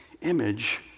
image